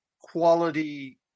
quality